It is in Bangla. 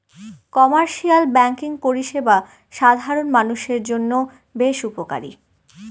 কমার্শিয়াল ব্যাঙ্কিং পরিষেবা সাধারণ মানুষের জন্য বেশ উপকারী